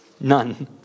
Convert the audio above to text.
None